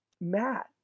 matt